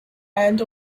end